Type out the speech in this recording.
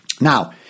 Now